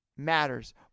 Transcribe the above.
matters